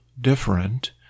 different